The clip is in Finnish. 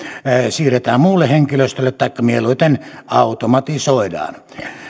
siirretään muulle henkilöstölle taikka mieluiten automatisoidaan